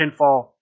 pinfall